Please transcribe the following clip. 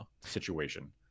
situation